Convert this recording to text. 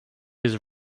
his